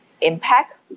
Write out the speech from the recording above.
impact